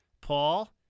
Paul